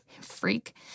Freak